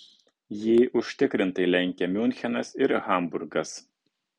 jį užtikrintai lenkia miunchenas ir hamburgas